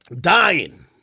Dying